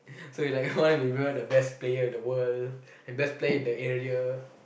so you like one to be one of the best player in the world the best player in the area